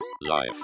life